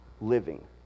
living